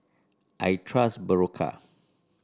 I trust Berocca